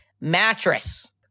mattress